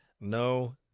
no